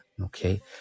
okay